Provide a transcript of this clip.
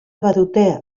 badute